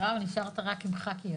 רם, נשארת רק עם ח"כיות.